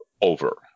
over